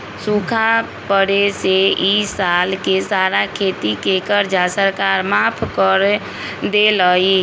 सूखा पड़े से ई साल के सारा खेती के कर्जा सरकार माफ कर देलई